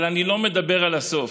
אבל אני לא מדבר על הסוף,